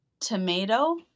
Tomato